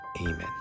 Amen